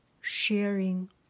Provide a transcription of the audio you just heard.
sharing